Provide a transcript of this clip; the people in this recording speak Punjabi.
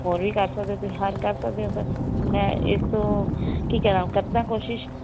ਹੋਰ ਵੀ ਕਰ ਸਕਦੇ ਤੁਸੀਂ ਹਰ ਕਰ ਸਕਦੇ ਹੋ ਸਰ ਮੈਂ ਇਸ ਤੋਂ ਕੀ ਕਰਾਂ ਕਰਦਾ ਕੋਸ਼ਿਸ਼